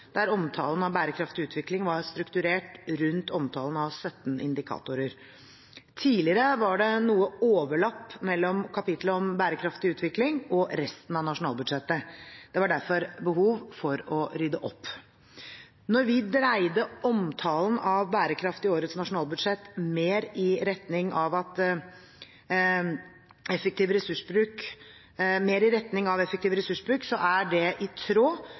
der omtalen av bærekraftig utvikling var strukturert rundt omtalen av 17 indikatorer. Tidligere var det noe overlapp mellom kapittelet om bærekraftig utvikling og resten av nasjonalbudsjettet. Det var derfor behov for å rydde opp. Da vi dreide omtalen av bærekraft i årets nasjonalbudsjett mer i retning av effektiv ressursbruk, var det i tråd